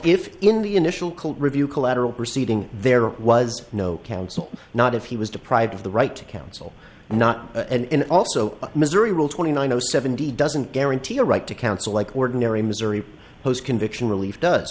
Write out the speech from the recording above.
if in the initial court review collateral proceeding there was no counsel not if he was deprived of the right to counts not and also missouri rule twenty nine zero seventy doesn't guarantee a right to counsel like ordinary missouri post conviction relief does